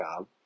job